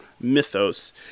mythos